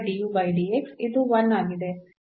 ಇದು 1 ಆಗಿದೆ